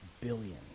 billions